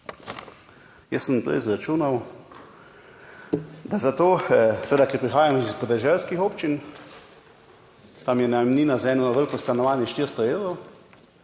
Jaz sem prej izračunal, da za to, seveda ker prihajam iz podeželskih občin, tam je najemnina za 1 veliko stanovanje 400 evrov,